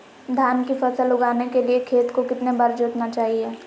धान की फसल उगाने के लिए खेत को कितने बार जोतना चाइए?